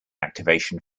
activation